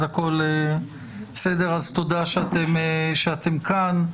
אז תודה שאתם כאן.